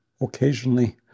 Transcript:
occasionally